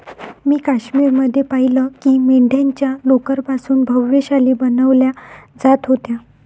मी काश्मीर मध्ये पाहिलं की मेंढ्यांच्या लोकर पासून भव्य शाली बनवल्या जात होत्या